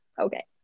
okay